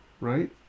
right